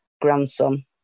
grandson